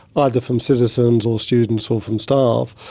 ah either from citizens or students or from staff.